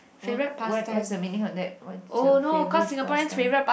what what what is the meaning of that what's your favourite pastime